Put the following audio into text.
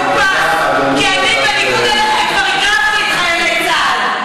זה נכון, אני אכן כבר הקרבתי חייל צה"ל אחד.